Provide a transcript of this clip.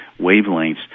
wavelengths